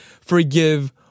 forgive